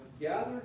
gathered